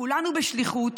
כולנו בשליחות,